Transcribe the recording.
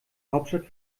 hauptstadt